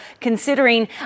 considering